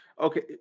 Okay